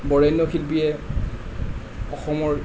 বৰেণ্য শিল্পীয়ে অসমৰ